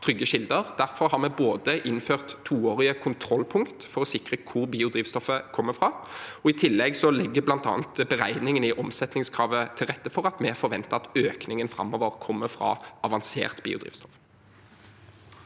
Derfor har vi innført toårige kontrollpunkter for å sikre hvor biodrivstoffet kommer fra. I tillegg legger bl.a. beregningene i omsetningskravet til rette for at vi forventer at økningen framover vil komme fra avansert biodrivstoff.